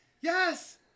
Yes